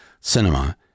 cinema